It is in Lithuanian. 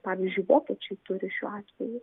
pavyzdžiui vokiečiai turi šiuo atveju